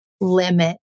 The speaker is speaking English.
limit